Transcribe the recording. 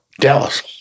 Dallas